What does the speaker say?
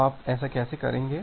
तो आप ऐसा कैसे करेंगे